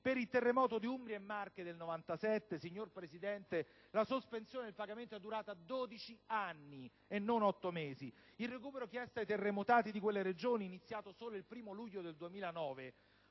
Per il terremoto di Umbria e Marche del 1997, signor Presidente, la sospensione del pagamento è durata 12 anni, non otto mesi e il recupero chiesto ai terremotati di quelle Regioni, iniziato solo il 1° luglio 2009,